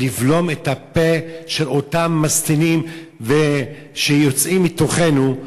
לבלום את הפה של אותם משטינים שיוצאים מתוכנו,